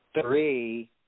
three